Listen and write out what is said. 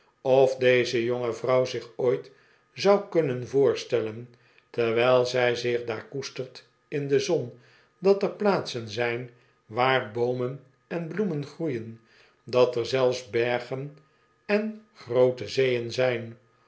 of deze jonge vrouw zich ooit zou kunnen voorstellen terwijl zij zich daar koestert in de zon dat er plaatsen zijn waar boomen en bloemen groeien dat er zelfs bergen en groote zeeën zijn